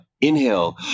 inhale